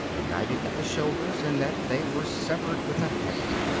united at the shoulders, and that they were severed with a hatchet.